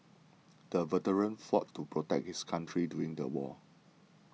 the veteran fought to protect his country during the war